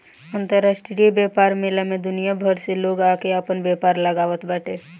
अंतरराष्ट्रीय व्यापार मेला में दुनिया भर से लोग आके आपन व्यापार लगावत बाटे